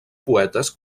poetes